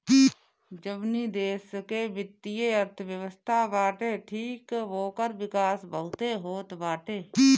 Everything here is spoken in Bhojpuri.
जवनी देस के वित्तीय अर्थव्यवस्था ठीक बाटे ओकर विकास बहुते होत बाटे